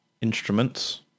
Instruments